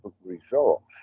results